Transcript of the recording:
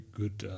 good